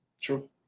True